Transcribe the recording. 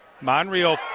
Monreal